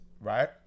right